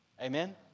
Amen